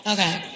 Okay